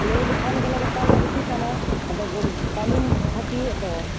ᱞᱟᱹᱭ ᱞᱮᱠᱷᱟᱱ ᱜᱮᱞᱮ ᱵᱮᱛᱚᱱ ᱞᱮ ᱵᱤᱥᱤ ᱛᱟᱢᱟ ᱟᱫᱚ ᱠᱟᱹᱢᱤᱢ ᱯᱷᱟᱹᱠᱤᱭᱮᱫ ᱫᱚ